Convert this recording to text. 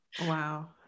Wow